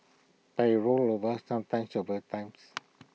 but IT rolled over sometimes several times